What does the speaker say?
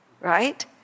Right